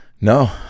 No